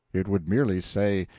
it would merely say,